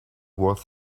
was